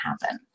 happen